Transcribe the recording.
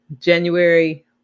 January